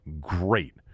great